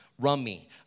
rummy